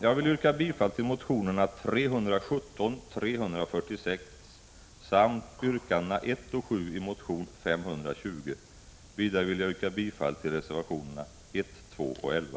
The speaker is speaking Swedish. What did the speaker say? Jag vill yrka bifall till motionerna 317 och 346 samt yrkandena 1 och 7 i motion Sf520. Vidare vill jag yrka bifall till reservationerna 1, 2 och 11.